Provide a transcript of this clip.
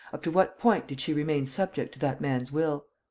up to what point did she remain subject to that man's will?